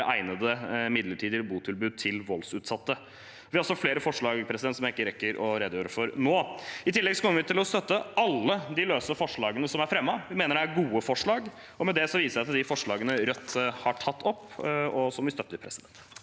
andre egnede midlertidige botilbud til voldsutsatte. Vi har også flere forslag, som jeg ikke rekker å redegjøre for nå. I tillegg kommer vi til å støtte alle de løse forslagene som er fremmet. Vi mener det er gode forslag. Med det viser jeg til de forslagene Rødt har tatt opp, og som vi støtter. Presidenten